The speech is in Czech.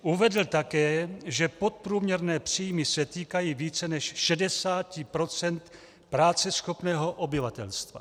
Uvedl také, že podprůměrné příjmy se týkají více než 60 % práceschopného obyvatelstva.